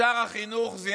תורו של חבר הכנסת שטרן.